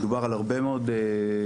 מדובר על הרבה מאוד גנים,